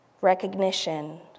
recognition